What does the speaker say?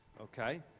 Okay